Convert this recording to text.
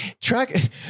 Track